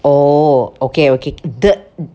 oh okay okay the